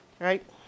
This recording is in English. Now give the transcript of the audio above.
Right